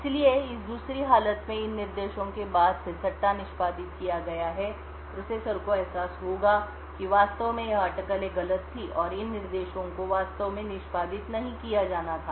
इसलिए इस दूसरी हालत में इन निर्देशों के बाद से सट्टा निष्पादित किया गया है प्रोसेसर को एहसास होगा कि वास्तव में यह अटकलें गलत थीं और इन निर्देशों को वास्तव में निष्पादित नहीं किया जाना था